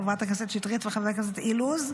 חברת הכנסת שטרית וחבר הכנסת אילוז.